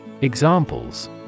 Examples